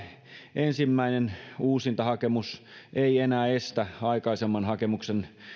ensimmäinen uusintahakemus ei enää estä aikaisemman hakemuksen